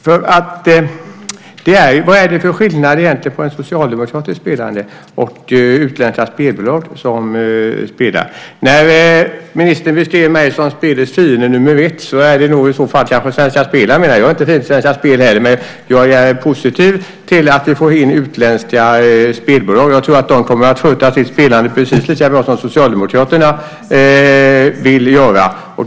Vad är det egentligen för skillnad mellan en socialdemokratisk spelare och utländska spelbolag som spelar? När ministern vill se mig som spelets fiende nummer ett är det nog i så fall Svenska Spel han menar. Jag är inte fiende till Svenska Spel, men jag är positiv till att vi får in utländska spelbolag. Jag tror att de kommer att sköta sitt spelande precis lika bra som Socialdemokraterna vill göra.